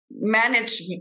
manage